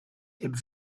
heb